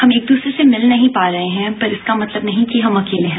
हम एक दूसरे से मिल नहीं पा रहे हैं पर इसका मतलब ये नहीं कि हम अकेले हैं